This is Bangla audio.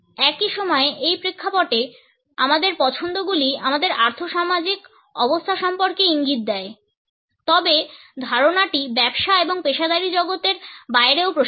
একই সময়ে এই প্রেক্ষাপটে আমাদের পছন্দগুলি আমাদের আর্থ সামাজিক অবস্থা সম্পর্কে ইঙ্গিত দেয় তবে ধারণাটি ব্যবসা এবং পেশাদারী জগতের বাইরেও প্রসারিত